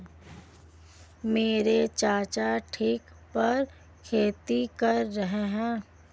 मेरे चाचा ठेके पर खेती कर रहे हैं